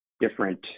different